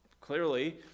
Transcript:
clearly